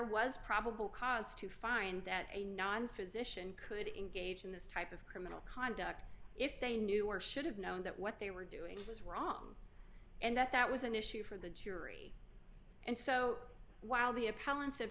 was probable cause to find that a non physician could engage in this type of criminal conduct if they knew or should have known that what they were doing was wrong and that that was an issue for the jury and so while the appellants have